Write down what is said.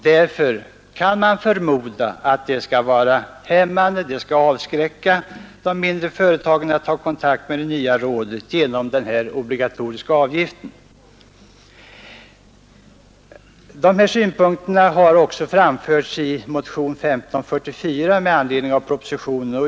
Därför kan man förmoda att den föreslagna obligatoriska avgiften kommer att avskräcka de mindre företagen från att ta kontakt med det nya rådet. Dessa synpunkter har också framförts i motion 1544 med anledning av propositionen.